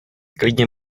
klidně